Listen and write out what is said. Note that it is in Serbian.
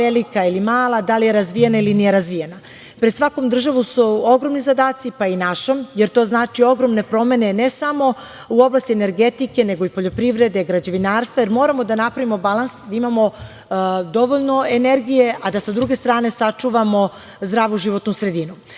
velika ili mala, da li je razvijena ili nije razvijena. Pred svakom državom su ogromni zadaci, pa i našom, jer to znači ogromne promene, ne samo u oblasti energetike, nego i poljoprivrede, građevinarstva, jer moramo da napravimo balans, da imamo dovoljno energije, a da sa druge strane sačuvamo zdravu životnu sredinu.